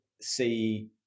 see